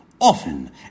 often